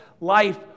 life